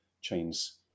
chains